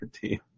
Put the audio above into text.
team